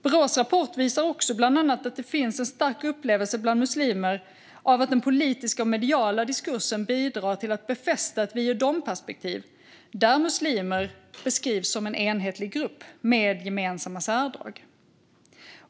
Brås rapport visar också bland annat att det finns en stark upplevelse bland muslimer av att den politiska och mediala diskursen bidrar till att befästa ett vi-och-dom-perspektiv, där muslimer beskrivs som en enhetlig grupp med gemensamma särdrag.